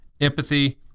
empathy